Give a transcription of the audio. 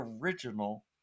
original